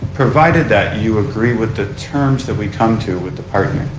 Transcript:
provided that you agree with the terms that we come to with the partner.